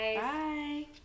Bye